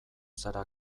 zara